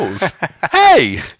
Hey